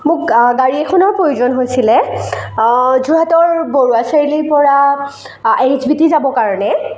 মোক গাড়ী এখনৰ প্ৰয়োজন হৈছিলে যোৰহাটৰ বৰুৱা চাৰিআলিৰপৰা আই এচ বি টি যাবৰ কাৰণে